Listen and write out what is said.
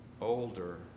older